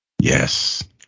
yes